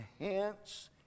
enhance